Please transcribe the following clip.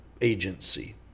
agency